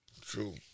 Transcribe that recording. true